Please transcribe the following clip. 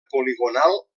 poligonal